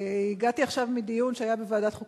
הגעתי עכשיו מדיון בוועדת החוקה,